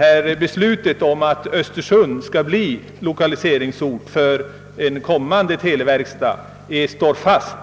att beslutet om att Östersund skall bli lokaliseringsort för en blivande televerkstad står fast.